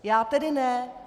Já tedy ne.